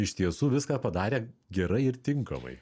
iš tiesų viską padarė gerai ir tinkamai